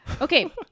okay